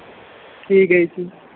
ਠੀਕ ਹੈ ਜੀ